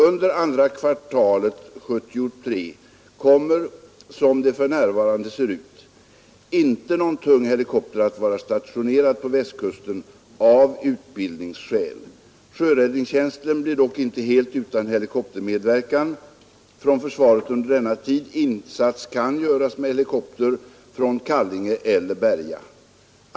Under andra kvartalet 1973 kommer — som det för närvarande ser ut — inte någon tung helikopter att vara stationerad på Västkusten av utbildningsskäl. Sjöräddningstjänsten blir dock inte helt utan helikoptermedverkan från försvaret under denna tid. Insats kan göras med helikopter från Kallinge eller Berga.